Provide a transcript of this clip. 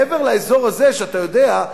מעבר לאזור הזה שאתה יודע,